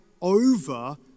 over